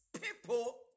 people